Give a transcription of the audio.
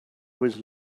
was